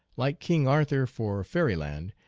like king arthur, for fairyland,